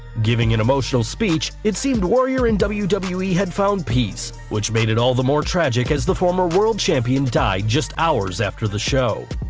giving an emotional speech, it seemed warrior and wwe wwe had found peace, which made it all the more tragic as the former world champion died just hours after the show.